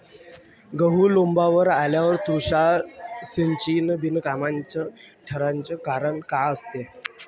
गहू लोम्बावर आल्यावर तुषार सिंचन बिनकामाचं ठराचं कारन का असन?